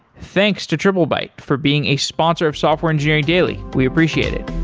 thanks to triplebyte for being a sponsor of software engineering daily. we appreciate it.